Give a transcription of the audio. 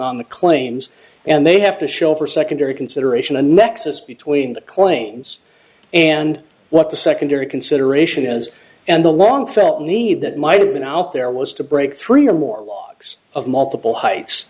on the claims and they have to show for secondary consideration a nexus between the claims and what the secondary consideration is and the long felt need that might have been out there was to break three or more logs of multiple heights